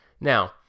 Now